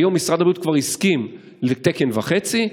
היום משרד הבריאות כבר הסכים לתקן וחצי.